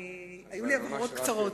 היו לי הבהרות קצרות.